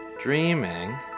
dreaming